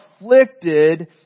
afflicted